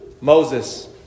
Moses